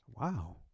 Wow